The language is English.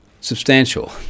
Substantial